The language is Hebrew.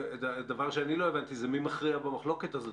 דבר שאני לא הבנתי זה מי מכריע במחלוקת הזאת.